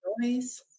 noise